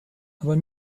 aber